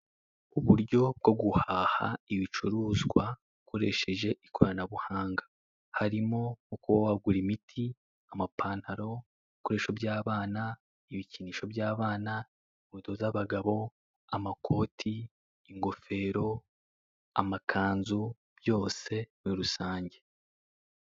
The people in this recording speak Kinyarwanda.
Uburyo bwo guhaha ibicuruzwa ukoresheje ikoranabuhanga harimo kuba wagura imiti, amapanaro, ibikoresho by'abana, inkweto z'abagabo, amakoti, ingofero, amakanzu byose muri rusange.